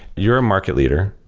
you're a market leader.